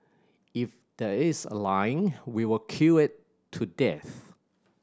if there's a line we will queue it to death